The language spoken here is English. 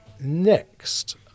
next